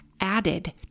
added